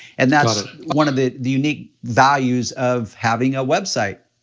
and that's one of the the unique values of having a website.